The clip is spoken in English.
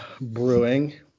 Brewing